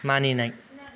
मानिनाय